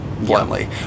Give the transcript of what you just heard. bluntly